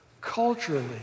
culturally